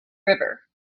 river